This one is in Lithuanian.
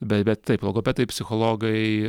bet bet taip logopedai psichologai